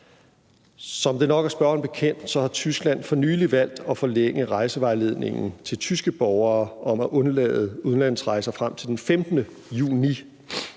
Som det nok er spørgeren bekendt, har Tyskland for nylig valgt at forlænge rejsevejledningen til tyske borgere om at undlade udlandsrejser frem til den 15. juni.